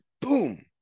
Boom